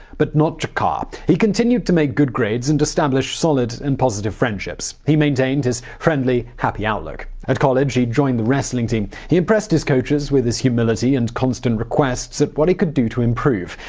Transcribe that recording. but not dzhokhar. he continued to make good grades and establish solid, and positive friendships. he maintained his friendly, happy outlook. at college he joined the wrestling team. he impressed his coaches with his humility and constant requests at what he could do to improve.